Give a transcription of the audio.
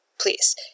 please